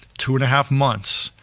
two and a half months,